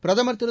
பிரதமர் திரு